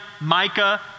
Micah